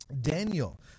Daniel